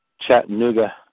Chattanooga